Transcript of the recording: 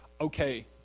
okay